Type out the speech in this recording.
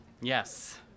Yes